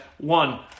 one